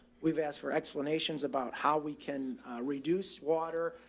we've asked for explanations about how we can reduce water,